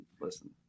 listen